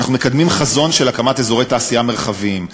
אנחנו מקדמים חזון של הקמת אזורי תעשייה מרחביים.